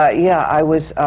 ah yeah. i was